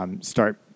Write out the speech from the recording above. start